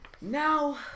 Now